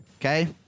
okay